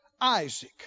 Isaac